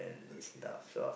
okay